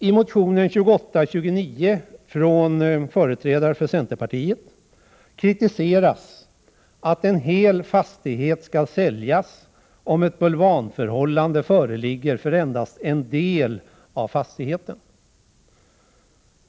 I motionen 2829 från företrädare för centerpartiet kritiseras att en hel fastighet skall säljas, om ett bulvanförhållande föreligger för endast en del av fastigheten.